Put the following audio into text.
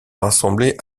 rassemblées